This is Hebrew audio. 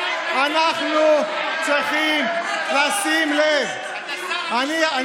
אנחנו צריכים לשים לב, אתה